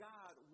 God